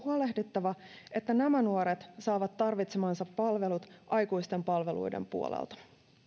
huolehdittava että nämä nuoret saavat tarvitsemansa palvelut aikuisten palveluiden puolelta